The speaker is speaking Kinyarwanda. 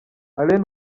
alain